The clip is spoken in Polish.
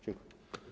Dziękuję.